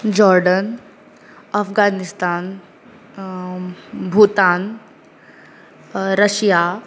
जोऑरर्डन Afghanistan Bhutan Russia